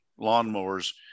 lawnmowers